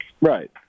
Right